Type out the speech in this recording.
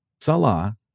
Salah